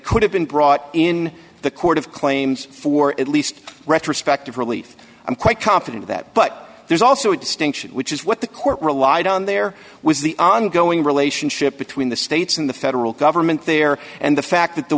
could have been brought in the court of claims for at least retrospective relief i'm quite confident of that but there's also a distinction which is what the court relied on there was the ongoing relationship between the states and the federal government there and the fact that the